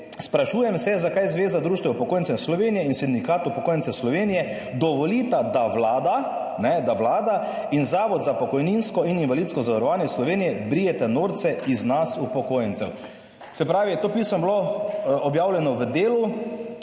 »Sprašujem se zakaj Zveza društev upokojencev Slovenije in Sindikat upokojencev Slovenije dovolita, da Vlada in Zavod za pokojninsko in invalidsko zavarovanje Slovenije brijeta norce iz nas upokojencev?« Se pravi, to pismo je bilo objavljeno v Delu